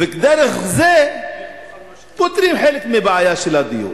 ודרך זה פותרים חלק מהבעיה של הדיור,